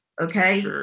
Okay